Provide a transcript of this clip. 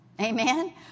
Amen